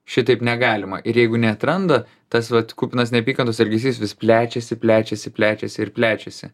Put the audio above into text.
šitaip negalima ir jeigu neatranda tas vat kupinas neapykantos elgesys vis plečiasi plečiasi plečiasi ir plečiasi